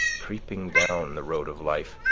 creeping down the road of life,